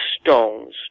stones